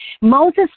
Moses